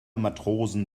matrosen